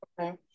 Okay